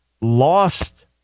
lost